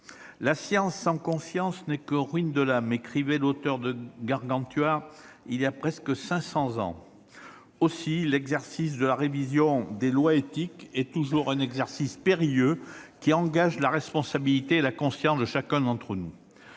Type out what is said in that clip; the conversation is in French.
!« Science sans conscience n'est que ruine de l'âme », écrivait l'auteur de voilà presque 500 ans. Aussi, l'exercice de révision des lois de bioéthique est toujours un exercice périlleux, qui engage la responsabilité et la conscience de chacun d'entre nous.